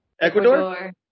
Ecuador